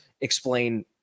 explain –